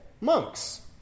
monks